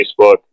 facebook